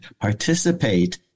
participate